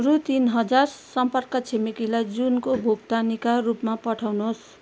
रु तिन हजार सम्पर्क छिमेकीलाई जुनको भुक्तानीका रूपमा पठाउनुहोस्